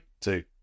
two